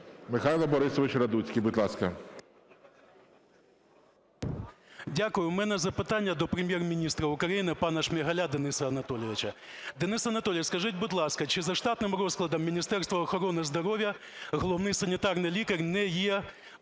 Дякую. В мене запитання до Прем'єр-міністра України пана Шмигаля Дениса Анатолійовича. Денис Анатолійович, скажіть, будь ласка, чи за штатним розкладом Міністерства охорони здоров'я Головний санітарний лікар не є